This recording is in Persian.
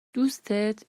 دوستت